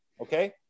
Okay